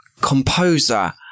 composer